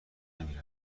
نمی